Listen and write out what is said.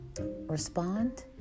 respond